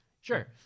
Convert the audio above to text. Sure